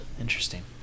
Interesting